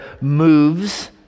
moves